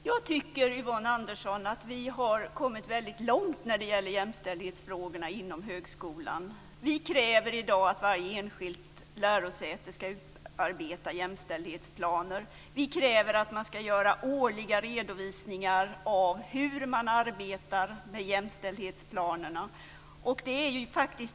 Herr talman! Jag tycker, Yvonne Andersson, att vi har kommit väldigt långt när det gäller jämställdhetsfrågorna inom högskolan. Vi kräver i dag att varje enskilt lärosäte ska utarbeta jämställdhetsplaner. Vi kräver att man ska göra årliga redovisningar av hur man arbetar med jämställdhetsplanerna.